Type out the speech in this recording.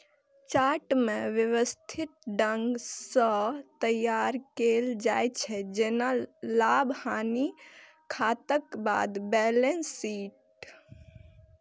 chart कें व्यवस्थित ढंग सं तैयार कैल जाइ छै, जेना लाभ, हानिक खाताक बाद बैलेंस शीट